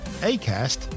Acast